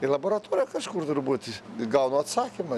į laboratoriją kažkur turbūt gaunu atsakymą